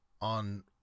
on